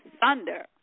thunder